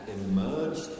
emerged